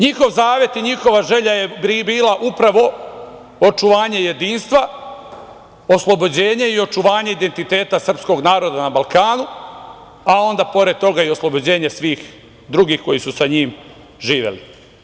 Njihov zavet i njihova želja je bila upravo očuvanje jedinstva, oslobođenje i očuvanje identiteta srpskog naroda na Balkanu, a onda pored toga i oslobođenje svih drugih koji su sa njim živeli.